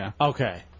Okay